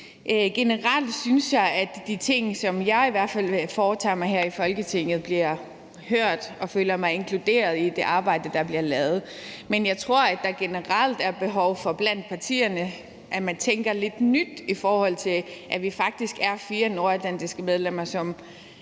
Generelt synes jeg, at de ting, som jeg i hvert fald fortager mig her i Folketinget, bliver hørt, og jeg føler mig inkluderet i det arbejde, der bliver lavet, men jeg tror, at der generelt blandt partierne er behov for, at man tænker lidt nyt, i forhold til at vi faktisk er fire nordatlantiske medlemmer,